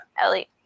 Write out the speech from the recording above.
Ellie